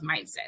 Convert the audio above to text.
mindset